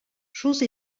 chose